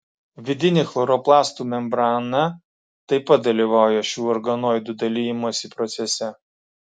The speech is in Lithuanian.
vidinė chloroplastų membrana taip pat dalyvauja šių organoidų dalijimosi procese